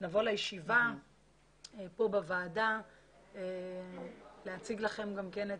נבוא לישיבה כאן בוועדה להציג לכם את